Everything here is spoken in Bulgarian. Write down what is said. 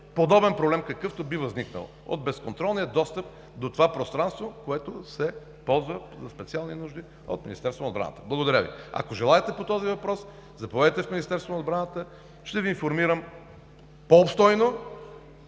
подобен проблем, какъвто би възникнал от безконтролния достъп до това пространство, което се ползва за специални нужди от Министерството на отбраната. Ако желаете, заповядайте в Министерството на отбраната, ще Ви информирам по-обстойно